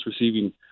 receiving